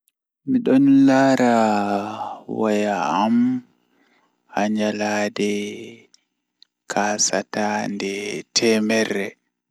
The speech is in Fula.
Midon laara waya am haa nyande kasata nde temmere haa nyalande midon yaaba nde temerre soo haa asaweere tomi hawri dun nangan midon yaaba nde temerre jweedidi.